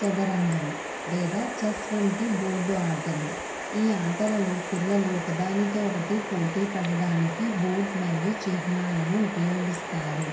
చదరంగం లేదా చెస్ వంటి బోర్డు ఆటలు ఈ ఆటలలో పిల్లలు ఒకదానితో ఒకటి పోటీ పడడానికి బోర్డ్ మరియు చిహ్నాలను ఉపయోగిస్తారు